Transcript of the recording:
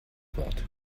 wort